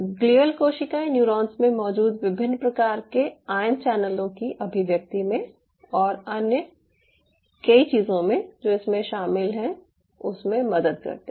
glial कोशिकाएं neurons में मौजूद विभिन्न प्रकार के आयन चैनलों की अभिव्यक्ति में और अन्य कई चीजों में जो इसमें शामिल हैं उसमें मदद करते हैं